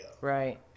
Right